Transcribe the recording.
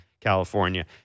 California